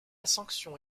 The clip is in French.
sanction